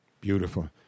Beautiful